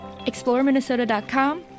ExploreMinnesota.com